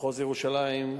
מחוז ירושלים,